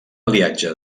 aliatge